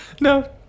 No